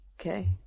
Okay